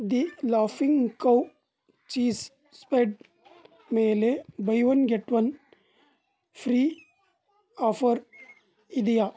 the laughing cow cheese spread ಮೇಲೆ buy one get one free offer ಇದೆಯಾ